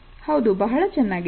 ಹೌದು ಬಹಳ ಚೆನ್ನಾಗಿದೆ